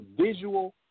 visual